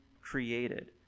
created